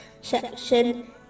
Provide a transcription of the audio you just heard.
section